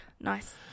Nice